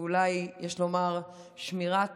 ואולי יש לומר שמירת